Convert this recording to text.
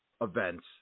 events